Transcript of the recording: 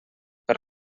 per